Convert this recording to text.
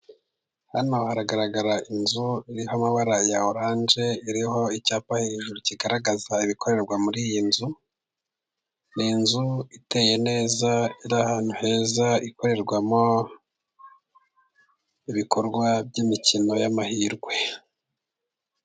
Hano haragaragara inzu iriho amabara ya orange iriho icyapa hejuru kigaragaza ibikorerwa muri iyi nzu. Ni inzu iteye neza iri ahantu heza ikorerwamo ibikorwa by'imikino y'amahirwe.